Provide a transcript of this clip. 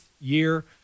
year